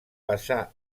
passa